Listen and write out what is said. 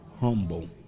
humble